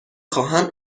خواهم